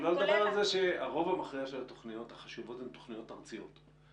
שלא לדבר על זה שהרוב המכריע של התוכניות החשובות הן תוכניות ארציות.